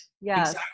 Yes